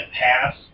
pass